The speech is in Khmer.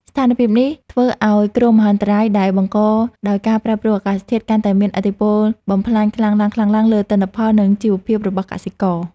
ស្ថានភាពនេះនឹងធ្វើឱ្យគ្រោះមហន្តរាយដែលបង្កដោយការប្រែប្រួលអាកាសធាតុ កាន់តែមានឥទ្ធិពលបំផ្លាញខ្លាំងឡើងៗលើទិន្នផល និងជីវភាពរបស់កសិករ។